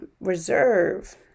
reserve